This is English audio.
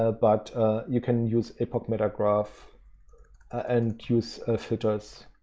ah but you can use apoc meta graph and use photos,